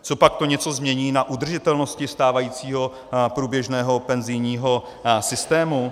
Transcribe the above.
Copak to něco změní na udržitelnosti stávajícího průběžného penzijního systému?